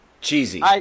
Cheesy